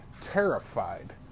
terrified